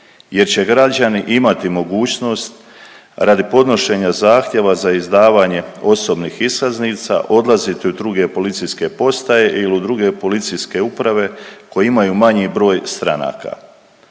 jer će građani imati mogućnost radi podnošenje zahtjeva za izdavanje osobnih iskaznica odlaziti u druge policijske postaje ili u druge policijske uprave koje imaju manji broj stranaka.